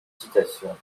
citation